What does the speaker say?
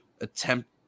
attempt